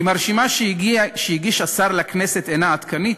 אם הרשימה שהגיש השר לכנסת אינה עדכנית,